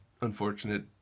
unfortunate